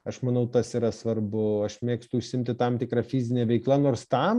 aš manau tas yra svarbu aš mėgstu užsiimti tam tikra fizine veikla nors tam